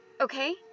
Okay